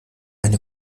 eine